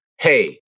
Hey